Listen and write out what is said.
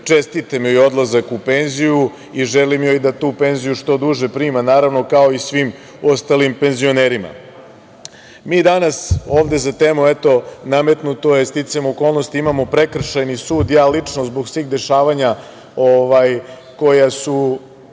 čestitam joj odlazak u penziju i želim da tu penziju što duže prima, naravno kao i svim ostalim penzionerima. Mi danas ovde za temu, eto, nametnuto je sticajem okolnosti, imamo prekršajni sud, ja lično zbog svih dešavanja koja su